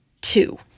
two